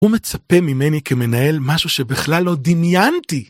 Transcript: הוא מצפה ממני כמנהל משהו שבכלל לא דמיינתי!